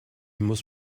muss